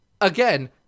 again